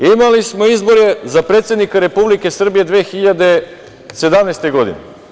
Imali smo izbore za predsednika Republike Srbije 2017. godine.